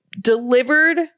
delivered